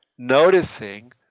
Noticing